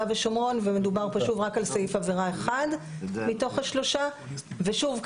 ושומרון ומדובר פה שוב רק על סעיף עבירה אחד מתוך השלושה ושוב,